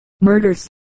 murders